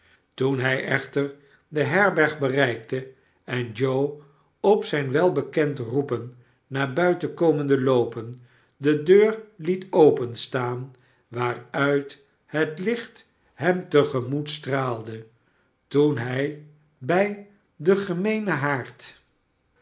toen hij echter de herberg bereikte en joe op zijn welbekend roepen naar buiten komende loopen de deur liet openstaan waaruit het licht hem te gemoet straalde toen hij bij den gemeenen haard